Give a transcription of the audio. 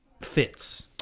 Fits